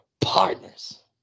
partners